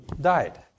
died